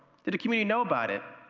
the the community know about it?